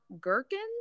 gherkins